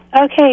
Okay